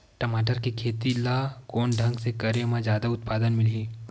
टमाटर के खेती ला कोन ढंग से करे म जादा उत्पादन मिलही?